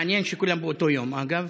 מעניין שכולן באותו יום, אגב.